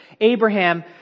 Abraham